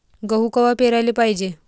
गहू कवा पेराले पायजे?